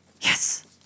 Yes